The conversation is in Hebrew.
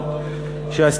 המופלאות שעשו